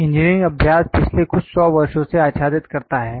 engineering अभ्यास पिछले कुछ सौ वर्षों से आच्छादित करता है